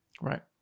Right